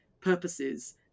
purposes